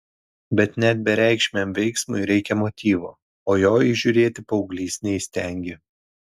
bet net bereikšmiam veiksmui reikia motyvo o jo įžiūrėti paauglys neįstengė